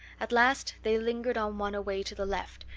at last they lingered on one away to the left,